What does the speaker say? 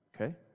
okay